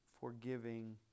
forgiving